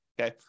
Okay